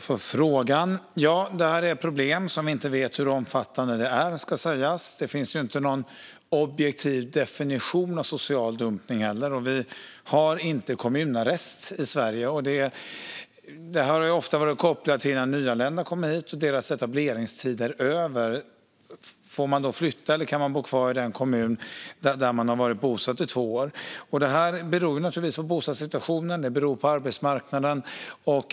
Fru talman! Vi vet inte hur omfattande detta problem är. Det finns inte någon objektiv definition av social dumpning. Vi har inte kommunarrest i Sverige. Det här har ofta varit kopplat till att etableringstiden löpt ut för nyanlända. Ska de då flytta eller bo kvar i den kommun där de varit bosatta i två år? Det beror naturligtvis på bostadssituationen och arbetsmarknaden.